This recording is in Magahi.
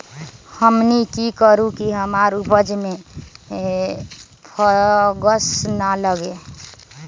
हमनी की करू की हमार उपज में फंगस ना लगे?